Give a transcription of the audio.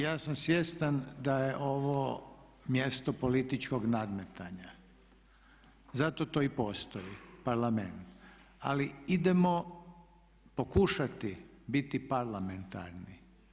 Ja sam svjestan da je ovo mjesto političkog nadmetanja, zato to i postoji Parlament, ali idemo pokušati biti parlamentarni.